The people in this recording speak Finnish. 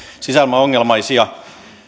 sisäilmaongelmaisia